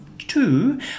two